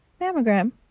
mammogram